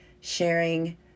sharing